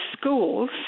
schools